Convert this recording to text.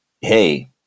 Hey